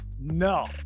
No